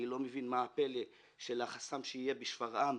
אני לא מבין מה הפלא של החסם שיהיה בשפרעם.